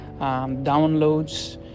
downloads